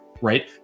right